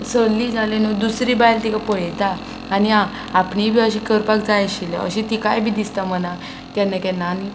सरली जाले न्हू दुसरी बायल तिका पळयता आनी आ आपणें बी अशें करपाक जाय आशिल्लें अशें तिकाय बी दिसता मना केन्ना केन्ना आनी